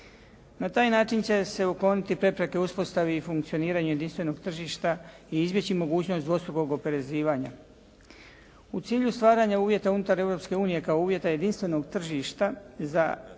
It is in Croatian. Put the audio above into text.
Na taj način će se ukloniti prepreke u uspostavi i funkcioniranju jedinstvenog tržišta i izbjeći mogućnost dvostrukog oporezivanja. U cilju stvaranja uvjeta unutar Europske unije kao uvjeta jedinstvenog tržišta za